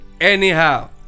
anyhow